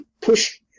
push